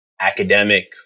academic